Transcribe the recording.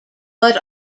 but